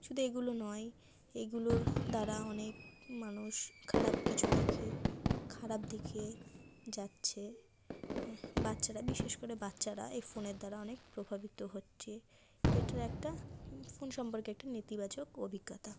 শুদু এগুলো নয় এগুলোর দ্বারা অনেক মানুষ খারাপ কিছু দেখে খারাপ দিকে যাচ্ছে হ্যাঁ বাচ্চারা বিশেষ করে বাচ্চারা এই ফোনের দ্বারা অনেক প্রভাবিত হচ্চে এটার একটা ফোন সম্পর্কে একটা নেতিবাচক অভিজ্ঞতা